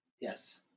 Yes